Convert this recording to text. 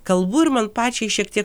kalbu ir man pačiai šiek tiek